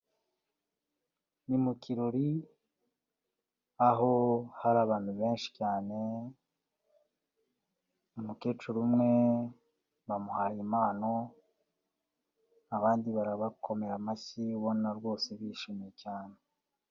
Ni mukirori aho hari abantu benshi cyane, umukecuru umwe bamuhaye impano abandi barabakomera amashyi ubona rwose bishimye cyane.